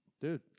Dude